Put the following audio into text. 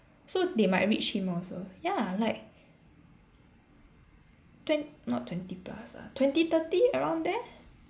so they might reach him also ya like twen~ not twenty plus lah twenty thirty around there